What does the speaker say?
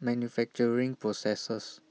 manufacturing processes